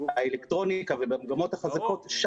האלקטרוניקה ובמגמות החזקות,